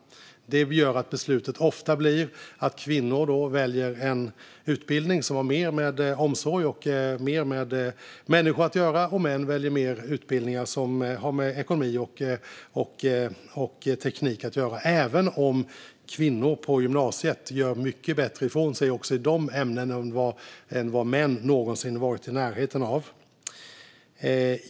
Det gör att beslutet ofta blir att kvinnor väljer en utbildning som har mer med omsorg och människor att göra, och män väljer utbildningar som har med ekonomi och teknik att göra - även om kvinnor på gymnasiet gör mycket bättre ifrån sig också i de ämnena än vad män någonsin är i närheten av. Fru talman!